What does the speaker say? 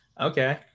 Okay